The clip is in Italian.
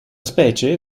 specie